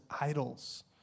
idols